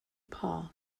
paul